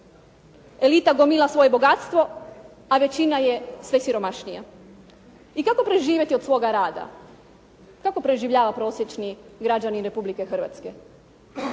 Elita gomila svoje bogatstvo a većina je sve siromašnija. I kako preživjeti od svoga rada? Kako preživljava prosječni građanin Republike Hrvatske?